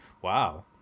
Wow